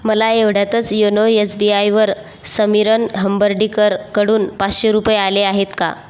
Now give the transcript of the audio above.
मला एवढ्यातच योनो एसबीआयवर समीरन हंबर्डीकरकडून पाचशे रुपये आले आहेत का